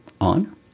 on